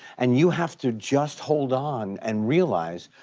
and you have to just hold on and realize,